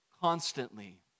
constantly